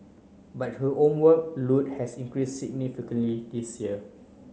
but her homework load has increase significantly this year